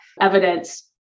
Evidence